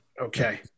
Okay